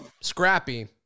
scrappy